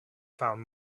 found